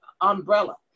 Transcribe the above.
umbrella